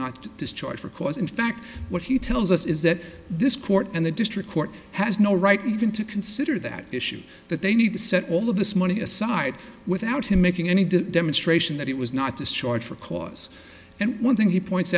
not discharged for cause in fact what he tells us is that this court and the district court has no right even to consider that issue that they need to set all of this money aside without him making any de demonstration that it was not discharged for cause and one thing he points